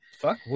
Fuck